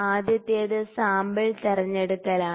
ആദ്യത്തേത് സാമ്പിൾ തിരഞ്ഞെടുക്കലാണ്